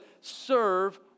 Serve